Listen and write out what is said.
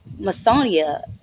Masonia